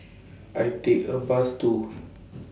I Take A Bus to